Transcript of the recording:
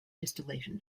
distillation